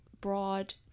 broad